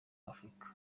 afrika